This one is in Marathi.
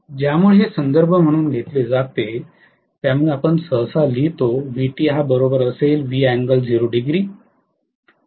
ज्यामुळे हे संदर्भ म्हणून घेतले जाते त्यामुळे आपण सहसा लिहितो